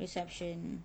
reception